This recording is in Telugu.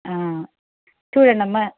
చూడండమ్మ